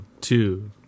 two